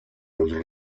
los